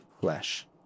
flesh